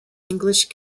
english